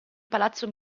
palazzo